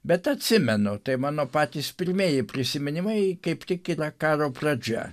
bet atsimenu tai mano patys pirmieji prisiminimai kaip tik yra karo pradžia